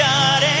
God